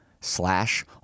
slash